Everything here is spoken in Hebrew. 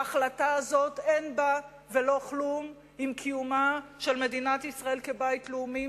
ההחלטה הזאת אין בה ולא כלום עם קיומה של מדינת ישראל כבית לאומי,